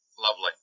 lovely